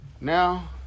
Now